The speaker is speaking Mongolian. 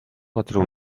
газраа